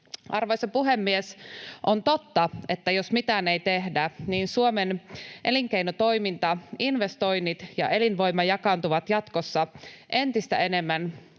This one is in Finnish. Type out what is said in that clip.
Arvoisa puhemies! On totta, että jos mitään ei tehdä, niin Suomen elinkeinotoiminta, investoinnit ja elinvoima jakaantuvat jatkossa entistä enemmän